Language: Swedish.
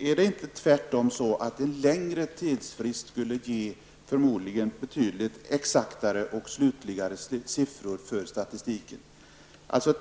Är det inte tvärtom så att en längre tidsfrist förmodligen skulle ge betydligt exaktare och mera slutgiltiga siffror för statistiken?